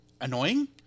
annoying